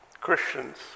Christians